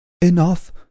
Enough